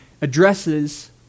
addresses